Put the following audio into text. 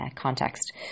context